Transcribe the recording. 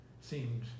seemed